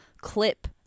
clip